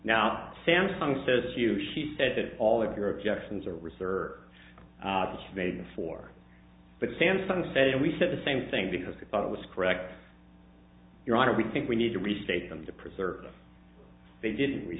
now samsung says you she said that all of your objections are research made before but samsung said we said the same thing because they thought it was correct your honor we think we need to restate them to preserve they didn't we